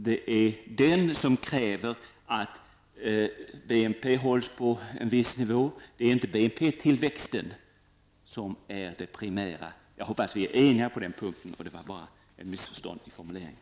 Det är den som kräver att BNP hålls på en viss nivå. BNP-tillväxten är inte det primära. Jag hoppas att vi är eniga på den punkten och att det bara var fråga om ett missförstånd i formuleringen.